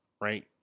right